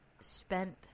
spent